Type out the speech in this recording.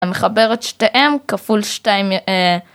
המחבר את שתיהן כפול שתיים